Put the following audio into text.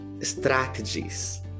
Strategies